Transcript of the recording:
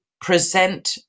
present